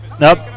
Nope